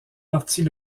partie